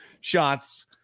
shots